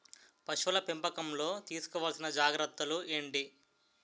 పశువుల పెంపకంలో తీసుకోవల్సిన జాగ్రత్త లు ఏంటి?